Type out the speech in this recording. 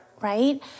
right